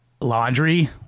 laundry